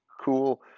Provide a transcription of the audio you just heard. cool